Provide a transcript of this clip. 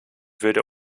würde